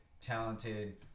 talented